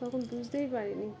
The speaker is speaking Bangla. তখন বুঝতেই পারিনি